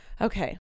Okay